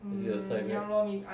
is it the side effect